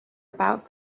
about